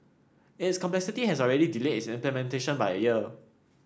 its complexity has already delayed its implementation by a year